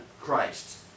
christ